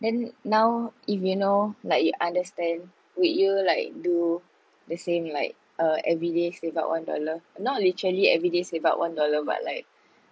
then now if you know like you understand would you like do the same like uh everyday save up one dollar not literally everyday save up one dollar but like